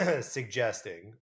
suggesting